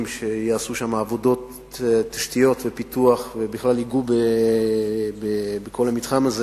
שיעשו שם עבודות תשתית ופיתוח ובכלל ייגעו בכל המתחם הזה,